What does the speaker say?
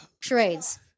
charades